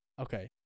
Okay